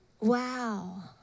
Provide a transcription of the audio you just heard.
Wow